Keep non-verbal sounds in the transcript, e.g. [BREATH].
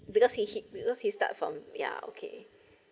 because he he because he start from ya okay [BREATH]